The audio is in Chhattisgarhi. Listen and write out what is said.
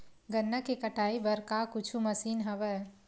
गन्ना के कटाई बर का कुछु मशीन हवय?